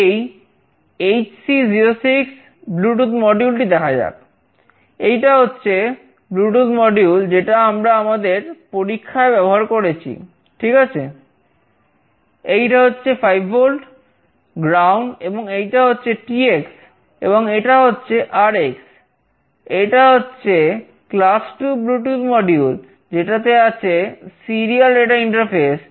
এই HC 06 Bluetooth হিসেবে ব্যবহৃত হতে পারে